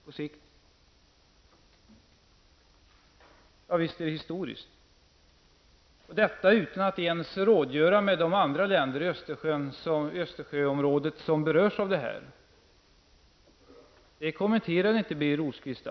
Ja, visst är beslutet historiskt -- och detta utan att man rådgör med de andra länder i Östersjöområdet som berörs av detta beslut. Det kommenterade inte Birger Rosqvist.